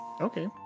okay